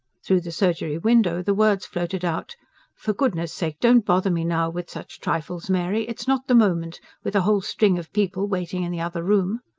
through the surgery-window the words floated out for goodness' sake, don't bother me now with such trifles, mary! it's not the moment with a whole string of people waiting in the other room.